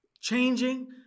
Changing